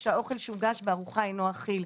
כשהאוכל שהוגש בארוחה אינו אכיל.